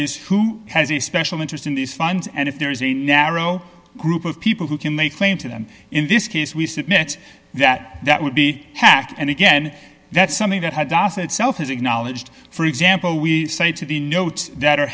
is who has a special interest in these funds and if there is a narrow group of people who can make claim to them in this case we submit that that would be hacked and again that's something that had os itself has acknowledged for example we say to the notes that are